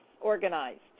organized